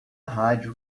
rádio